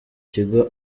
kigo